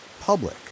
public